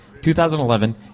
2011